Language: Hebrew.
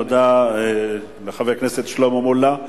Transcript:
תודה לחבר הכנסת שלמה מולה.